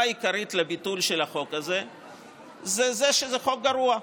העיקרית לביטול של החוק הזה היא שזה חוק גרוע.